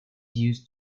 used